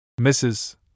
Mrs